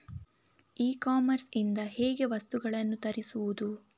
E commerce ಇಂದ ಹೇಗೆ ವಸ್ತುಗಳನ್ನು ತರಿಸುವುದು?